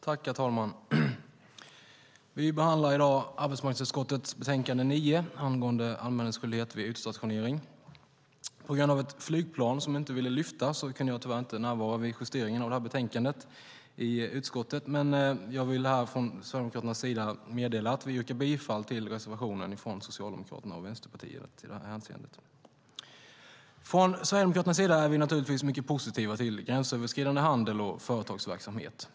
Herr talman! Vi behandlar i dag arbetsmarknadsutskottets betänkande 9 angående anmälningsskyldighet vid utstationering. På grund av ett flygplan som inte ville lyfta kunde jag tyvärr inte närvara i utskottet vid justeringen av betänkandet, men jag vill här från Sverigedemokraternas sida meddela att vi yrkar bifall till reservationen från Socialdemokraterna och Vänsterpartiet. Från Sverigedemokraternas sida är vi naturligtvis mycket positiva till gränsöverskridande handel och företagsverksamhet.